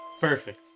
Perfect